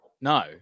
no